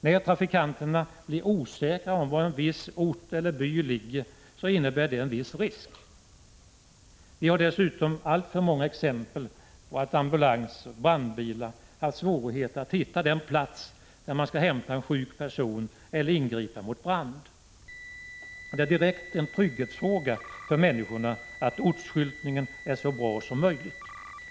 När trafikanterna blir osäkra om var en viss ort eller by ligger innebär det en viss risk. Vi har dessutom alltför många exempel på att ambulanser och brandbilar haft svårigheter att hitta den plats där man skall hämta en sjuk person eller ingripa mot brand. Det är en direkt trygghetsfråga för människorna att ortsskyltningen är så bra som möjligt.